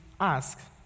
ask